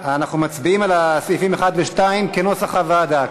אנחנו מצביעים על סעיפים 1 ו-2 כנוסח הוועדה,